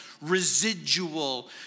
residual